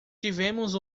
tivemos